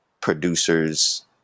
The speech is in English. producers